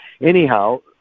anyhow